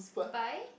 buy